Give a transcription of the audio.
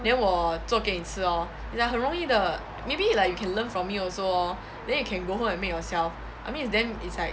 then 我做给你吃哦 it's like 很容易的 maybe like you can learn from me also lor then you can go home and make yourself I mean it's damn it's like